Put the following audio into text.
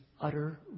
utter